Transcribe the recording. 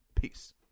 peace